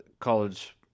college